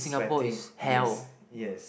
sweating yes yes